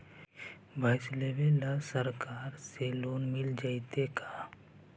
भैंस लेबे ल सरकार से लोन मिल जइतै का?